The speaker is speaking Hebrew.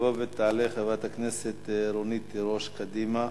תבוא ותעלה חברת הכנסת רונית תירוש, קדימה,